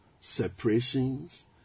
separations